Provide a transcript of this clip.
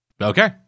Okay